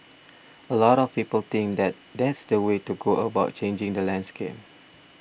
a lot of people think that that's the way to go about changing the landscape